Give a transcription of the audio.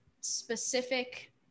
specific